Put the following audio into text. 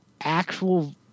actual